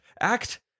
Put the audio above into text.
act